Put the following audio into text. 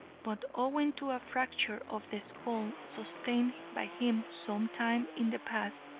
but owing to a fracture of the skull sustained by him some time in the past,